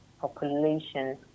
population